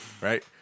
right